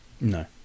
No